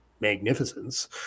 magnificence